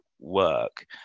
work